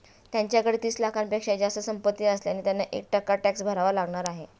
त्यांच्याकडे तीस लाखांपेक्षा जास्त संपत्ती असल्याने त्यांना एक टक्का टॅक्स भरावा लागणार आहे